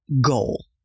goal